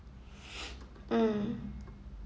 mm